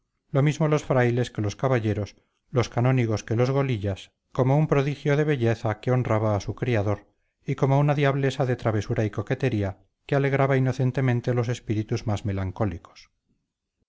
lo mismo los frailes que los caballeros los canónigos que los golillas como un prodigio de belleza que honraba a su criador y como una diablesa de travesura y coquetería que alegraba inocentemente los espíritus más melancólicos